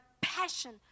passion